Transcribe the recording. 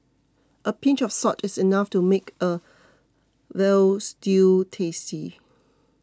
a pinch of salt is enough to make a Veal Stew tasty